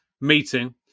meeting